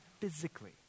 physically